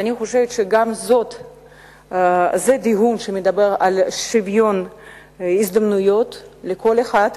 אני חושבת שגם זה דיון שמדבר על שוויון הזדמנויות לכל אחד,